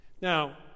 Now